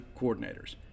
coordinators